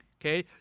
okay